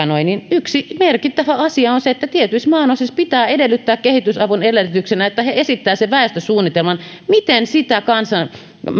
yksi merkittävä asia on se että tietyissä maanosissa pitää edellyttää kehitysavun edellytyksenä että he esittävät väestösuunnitelman että miten sitä kansan